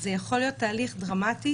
זה יכול להיות תהליך דרמטי,